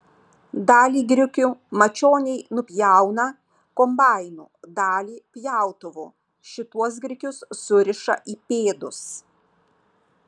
dalį grikių mačioniai nupjauna kombainu dalį pjautuvu šituos grikius suriša į pėdus